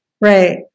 Right